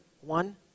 one